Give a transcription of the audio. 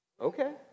Okay